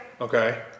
Okay